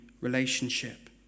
relationship